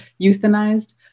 euthanized